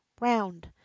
round